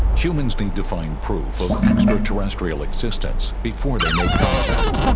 humans need to find proof of extraterrestrial existence before they make contact